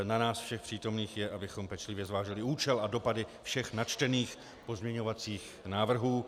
Na nás všech přítomných je, abychom pečlivě zvážili účel a dopady všech načtených pozměňovacích návrhů.